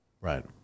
Right